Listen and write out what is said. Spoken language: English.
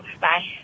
Bye